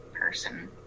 person